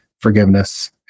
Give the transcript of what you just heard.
forgiveness